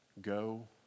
go